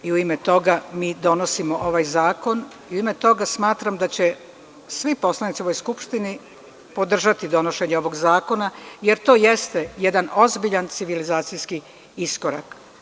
U ime toga mi donosimo ovaj zakon i u ime toga smatram da će svi poslanici u ovoj Skupštini podržati donošenje ovog zakona, jer to jeste jedan ozbiljan civilizacijski iskorak.